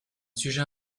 sujet